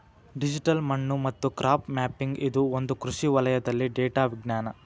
digital ಮಣ್ಣು ಮತ್ತು crop mapping ಇದು ಒಂದು ಕೃಷಿ ವಲಯದಲ್ಲಿ ಡೇಟಾ ವಿಜ್ಞಾನ